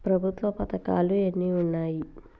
ప్రభుత్వ పథకాలు ఎన్ని ఉన్నాయి?